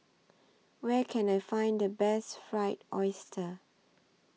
Where Can I Find The Best Fried Oyster